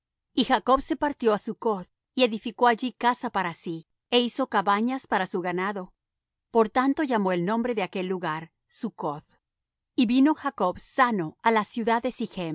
y jacob se partió á succoth y edificó allí casa para sí é hizo cabañas para su ganado por tanto llamó el nombre de aquel lugar succoth y vino jacob sano á la ciudad de